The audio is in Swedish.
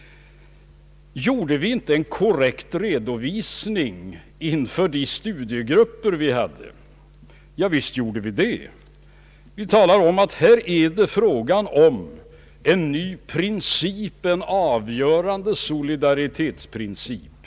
Lämnade vi inte en korrekt redovisning inför de studiegrupper vi hade? Jo, visst gjorde vi det. Vi talade om att här är det fråga om en ny princip, en avgörande solidaritetsprincip.